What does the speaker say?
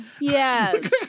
Yes